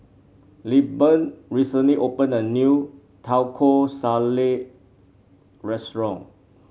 Lilburn recently opened a new Taco Salad restaurant